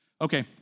Okay